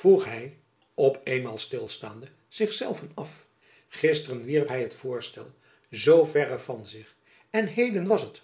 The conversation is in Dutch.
vroeg hy op eenmaal stilstaande zich zelven af gisteren wierp hy het voorstel zoo verre van zich en heden was het